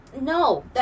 no